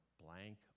blank